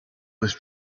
was